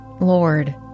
Lord